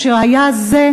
אשר היה זה,